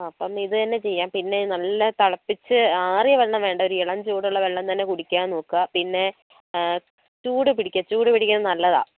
അപ്പോൾ ഇത് തന്നെ ചെയ്യാം പിന്നെ നല്ല തിളപ്പിച്ച് അറിയ വെള്ളം വേണ്ട ഒരു ഇളം ചൂട് ഉള്ള വെള്ളം തന്നെ കുടിക്കാൻ നോക്കുക പിന്നെ ചൂട് പിടിക്ക് ചൂട് പിടിക്കുന്നത് നല്ലതാണ്